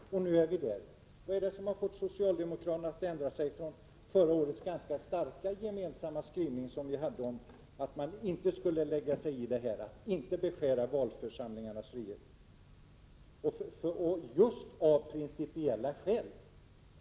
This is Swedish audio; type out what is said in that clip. Nu är vi där. Vad är det som har fått socialdemokraterna att ändra sig från förra årets ganska starka gemensamma skrivning om att regering och riksdag inte skulle lägga sig i förfarandet, inte beskära valförsamlingarnas frihet — just av principiella skäl?